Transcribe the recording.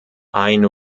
ein